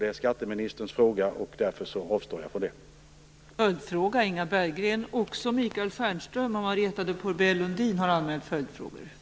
Det är skatteministerns fråga, och därför avstår jag från att svara på den.